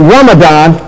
Ramadan